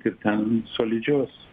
ir ten solidžios